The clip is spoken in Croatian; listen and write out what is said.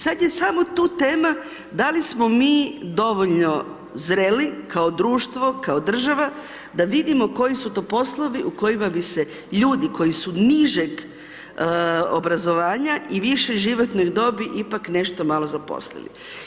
sada je samo tu tema, da li smo mi dovoljno zreli, kao društvo, kao država da vidimo koji su to poslovi u kojima bi se ljudi koji su nižeg obrazovanja i višoj životnoj dobi, ipak nešto malo zaposlili.